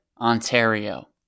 Ontario